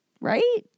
right